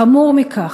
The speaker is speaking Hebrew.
חמור מכך,